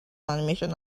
animation